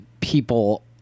people